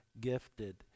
gifted